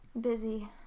Busy